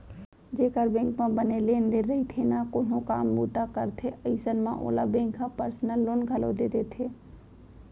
जेकर बेंक म बने लेन देन रइथे ना कोनो काम बूता करथे अइसन म ओला बेंक ह पर्सनल लोन घलौ दे देथे